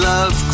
Love